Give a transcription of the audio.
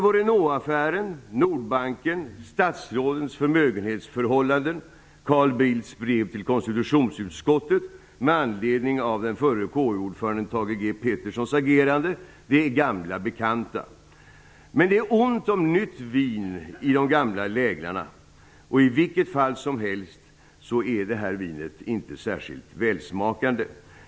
ordföranden Thage G Petersons agerande är gamla bekanta. Men det är ont om nytt vin i de gamla läglarna, och i vilket fall som helst är det här vinet inte särskilt välsmakande.